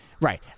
Right